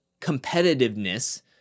competitiveness